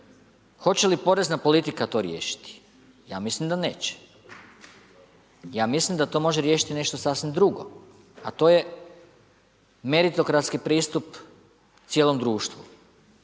Hoće li porezna politika to riješiti? Ja mislim da neće. ja mislim da to može riješiti nešto sasvim drugom, a to je meritokratski pristup cijelom društvu.